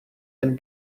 jen